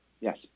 Yes